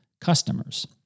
customers